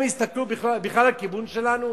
הם הסתכלו בכלל לכיוון שלנו?